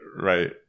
right